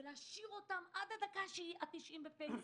ולהשאיר אותם עד הדקה ה-90 בפנסיה.